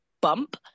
bump